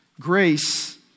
grace